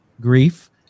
grief